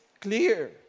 clear